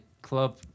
Club